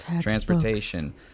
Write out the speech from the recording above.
transportation